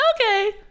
okay